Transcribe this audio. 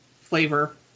flavor